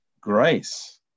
grace